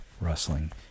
rustling